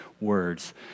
words